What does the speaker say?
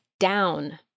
Down